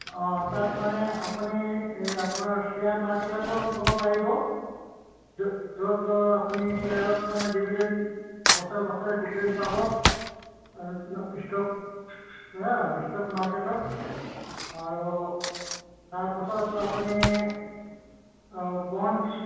অঁ তাত মানে আপুনি আপোনাৰ শ্বেয়াৰ মাৰ্কেটতো থ'ব পাৰিব য' য'ত আপুনি শ্বেয়াৰত মানে ডিভিডেণ্ট বছৰে বছৰে ডিভিডেণ্ট পাব ষ্টক ষ্টক মাৰ্কেটত আৰু তাৰপাছত আপুনি বন্ডছ